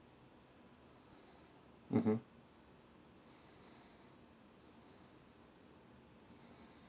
mmhmm